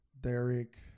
Derek